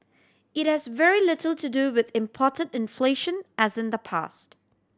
it has very little to do with imported inflation as in the past